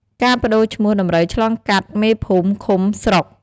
ការប្តូវឈ្មោះតម្រូវឆ្លងកាត់ មេភូមិ ឃុំ ស្រុក។